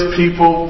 people